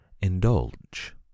indulge